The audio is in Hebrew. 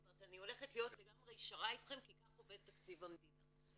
אני אהיה לגמרי ישרה איתכם כי כך עובד תקציב המדינה.